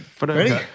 Ready